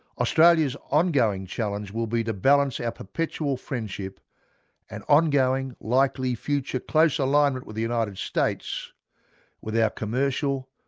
australia's ongoing challenge will be to balance our perpetual friendship and ongoing likely future close alignment with the united states with our commercial,